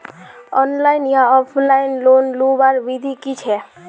Online या offline loan लुबार विधि की छे?